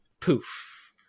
poof